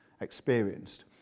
experienced